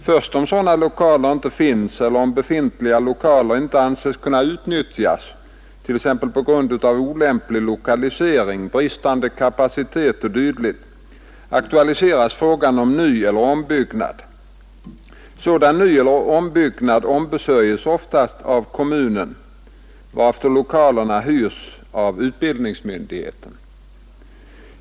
Först om sådana lokaler inte finns eller om befintliga lokaler inte anses kunna utnyttjas, t.ex. på grund av olämplig lokalisering, bristande kapacitet e. d., aktualiseras frågan om nyeller ombyggnad. Sådan nyeller ombyggnad ombesörjs oftast av kommunen varefter lokalerna hyrs av utbildningsmyndigheten.